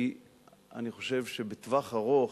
כי אני חושב שבטווח ארוך,